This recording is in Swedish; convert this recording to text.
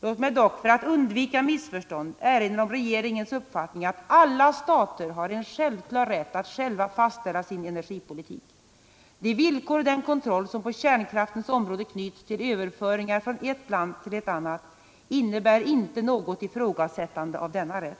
Låt mig dock, för att undvika missförstånd, erinra om regeringens uppfattning att alla stater har en självklar rätt att själva fastställa sin energipolitik. De villkor och den kontroll som på kärnkraftens område knyts till överföringar från ett land till ett annat innebär inte något ifrågasättande av denna rätt.